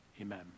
Amen